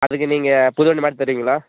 அதுக்கு நீங்கள் புது வண்டி மாற்றி தருவீங்ளா